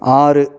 ஆறு